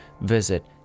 visit